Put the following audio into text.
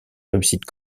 réussite